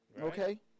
Okay